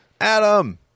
Adam